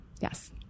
Yes